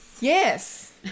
Yes